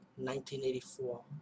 1984